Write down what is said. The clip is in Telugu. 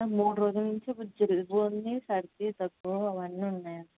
మూడు రోజుల నుంచి జలుబు ఉంది సర్ది దగ్గు అవన్నీ ఉన్నాయి అండి